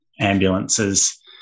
ambulances